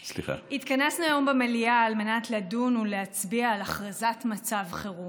התכנסנו היום במליאה על מנת לדון ולהצביע על הכרזת מצב חירום.